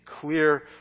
clear